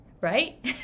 right